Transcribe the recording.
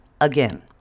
again